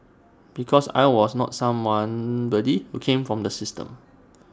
because I was not someone body who came from the system